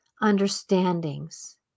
understandings